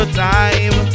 time